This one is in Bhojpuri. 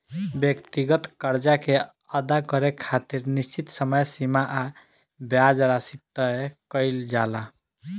व्यक्तिगत कर्जा के अदा करे खातिर निश्चित समय सीमा आ ब्याज राशि तय कईल जाला